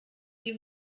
die